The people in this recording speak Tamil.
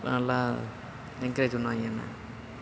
அதெலான் நல்லா என்கரேஜ் பண்ணுவாங்க என்னை